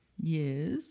Yes